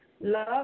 Love